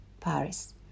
Paris